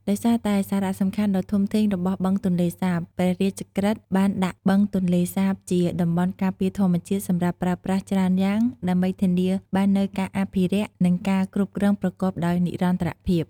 ដោយសារតែសារៈសំខាន់ដ៏ធំធេងរបស់បឹងទន្លេសាប ព្រះរាជក្រឹត្យបានដាក់បឹងទន្លេសាបជា តំបន់ការពារធម្មជាតិសម្រាប់ប្រើប្រាស់ច្រើនយ៉ាង ដើម្បីធានាបាននូវការអភិរក្ស និងការគ្រប់គ្រងប្រកបដោយនិរន្តរភាព។